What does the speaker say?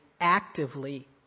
actively